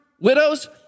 widows